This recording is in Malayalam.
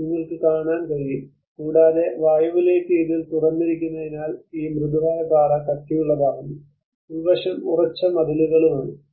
നിങ്ങൾക്ക് കാണാൻ കഴിയും കൂടാതെ വായുവിലേക്ക് ഇതിൽ തുറന്നിരിക്കുന്നതിനാൽ ഈ മൃദുവായ പാറ കട്ടിയുള്ളതാകുന്നു ഉൾവശം ഉറച്ച മതിലുകളും ആണ്